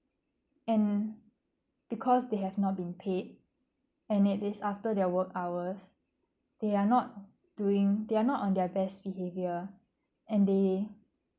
and because they have not been paid and it is after their work hours they are not doing they are not on their best behaviour and they